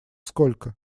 сколько